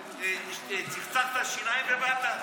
צחצחת שיניים ובאת.